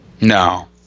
No